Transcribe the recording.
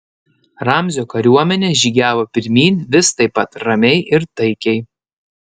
ramzio kariuomenė žygiavo pirmyn vis taip pat ramiai ir taikiai